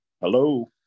Hello